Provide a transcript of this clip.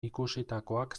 ikusitakoak